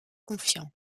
confiant